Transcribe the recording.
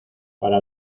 para